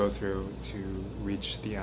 go through to reach the